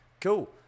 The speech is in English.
cool